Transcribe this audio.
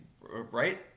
right